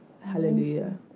Hallelujah